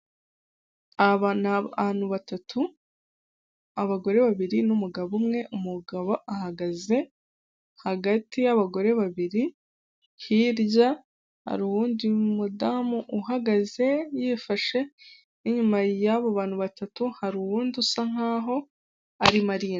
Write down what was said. Aba ni abantu batatu, abagore babiri n'umugabo umwe ,umugabo ahagaze hagati y'abagore babiri hirya hari uwundi mudamu uhagaze yifashe inyuma yabo bantu batatu, hari uwundi usa nkaho arimo ari...